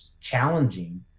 challenging